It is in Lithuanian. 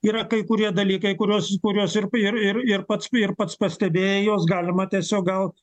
yra kai kurie dalykai kuriuos kuriuos ir pi ir ir ir pats ir pats pastebėjai juos galima tiesiog gal